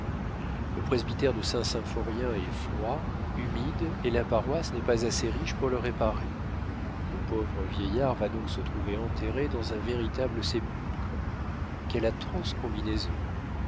le presbytère de saint symphorien est froid humide et la paroisse n'est pas assez riche pour le réparer le pauvre vieillard va donc se trouver enterré dans un véritable sépulcre quelle atroce combinaison